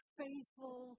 faithful